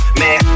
man